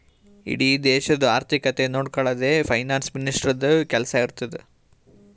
ಇಡೀ ದೇಶದು ಆರ್ಥಿಕತೆ ನೊಡ್ಕೊಳದೆ ಫೈನಾನ್ಸ್ ಮಿನಿಸ್ಟರ್ದು ಕೆಲ್ಸಾ ಇರ್ತುದ್